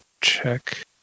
check